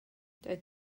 doedd